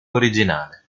originale